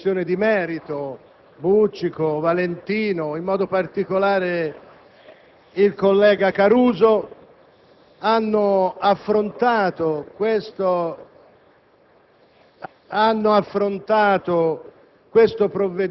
Signor Presidente, in questi giorni,